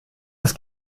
das